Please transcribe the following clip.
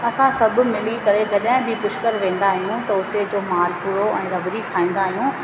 असां सभु मिली करी जॾहिं बि पुष्कर वेंदा आयूं त उते जो माल पुणो ऐं रबड़ी खाईंदा आहियूं